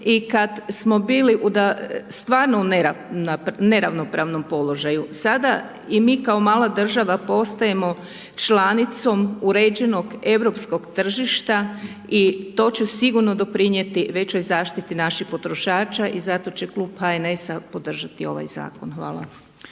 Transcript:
i kad smo bili stvarno u neravnopravnom položaju. Sada i mi kao mala država postajemo članicom uređenog europskog tržišta i to će sigurno doprinijeti većoj zaštiti naših potrošača i zato će klub HNS-a podržati ovaj zakon. Hvala.